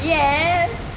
yes